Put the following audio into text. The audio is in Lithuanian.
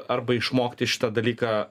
arba išmokti šitą dalyką